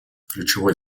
ключевой